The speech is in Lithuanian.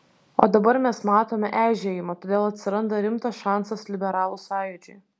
o dabar mes matome eižėjimą todėl atsiranda rimtas šansas liberalų sąjūdžiui